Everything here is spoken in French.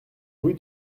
rue